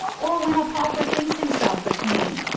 or when a pauper thinks himself a king,